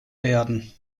werden